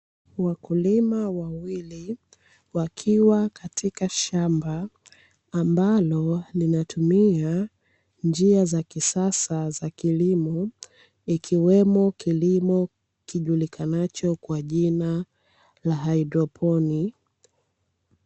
Wakulima wawili wakiwa katika shamba ambalo linatumia njia za kisasa za kilimo ikiwemo kilimo kijulikanacho kwa jina la haidroponi.